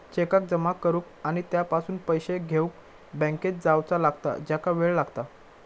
चेकाक जमा करुक आणि त्यापासून पैशे घेउक बँकेत जावचा लागता ज्याका वेळ लागता